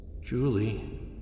Julie